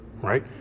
right